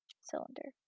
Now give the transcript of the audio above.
cylinder